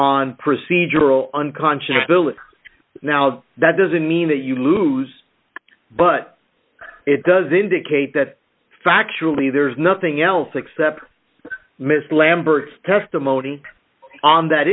on procedural unconscious ability now that doesn't mean that you lose but it does indicate that factually there's nothing else except miss lambert's testimony on that